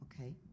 Okay